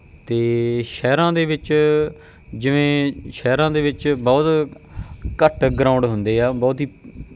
ਅਤੇ ਸ਼ਹਿਰਾਂ ਦੇ ਵਿੱਚ ਜਿਵੇਂ ਸ਼ਹਿਰਾਂ ਦੇ ਵਿੱਚ ਬਹੁਤ ਘੱਟ ਗਰਾਊਂਡ ਹੁੰਦੇ ਆ ਬਹੁਤ ਹੀ